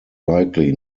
likely